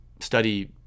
study